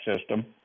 system